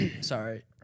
Sorry